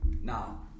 Now